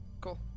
cool